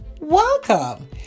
welcome